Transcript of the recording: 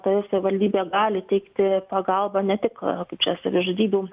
toje savivaldybėje gali teikti pagalbą ne tik čia savižudybių